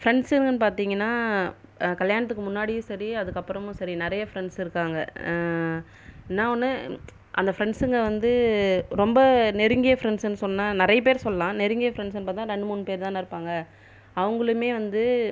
ஃப்ரெண்ட்ஸுன்னு பார்த்தீங்கனா கல்யாணத்துக்கு முன்னாடியும் சரி அதுக்கு அப்புறமும் சரி நிறைய ஃப்ரெண்ட்ஸு இருக்காங்கள் என்ன ஒன்று அந்த ஃப்ரண்ட்ஸுங்கள் வந்து ரொம்ப நெருங்கிய ஃப்ரெண்ட்ஸுன்னு சொன்னா நிறைய பேர் சொல்லாம் நெருங்கிய ஃப்ரெண்ட்ஸுன்னு பார்த்தா இரண்டு மூன்று பேரு தான் இருப்பாங்கள் அவங்களுமே வந்து